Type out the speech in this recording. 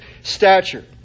stature